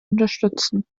unterstützen